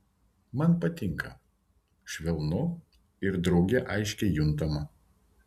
man patinka švelnu ir drauge aiškiai juntama